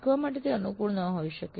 શીખવા માટે તે ખૂબ અનુકૂળ ન હોઈ શકે